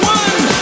one